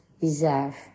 deserve